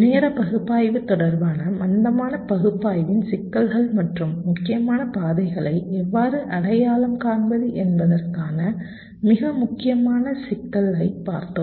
நேர பகுப்பாய்வு தொடர்பான மந்தமான பகுப்பாய்வின் சிக்கல்கள் மற்றும் முக்கியமான பாதைகளை எவ்வாறு அடையாளம் காண்பது என்பதற்கான மிக முக்கியமான சிக்கலைப் பார்த்தோம்